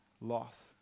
loss